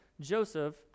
Joseph